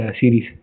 series